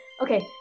Okay